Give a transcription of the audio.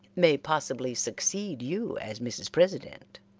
may possibly succeed you as mrs. president.